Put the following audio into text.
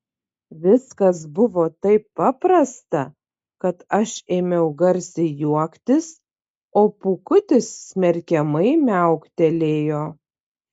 viskas buvo taip paprasta kad aš ėmiau garsiai juoktis o pūkutis smerkiamai miauktelėjo